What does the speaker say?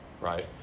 Right